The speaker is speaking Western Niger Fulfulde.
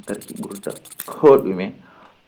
mo haa nder nyibre man.